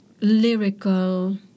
lyrical